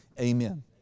Amen